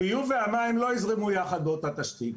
הביוב והמים לא יזרמו יחד באותה תשתית,